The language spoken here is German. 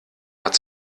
hat